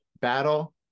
battle